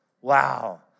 Wow